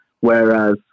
whereas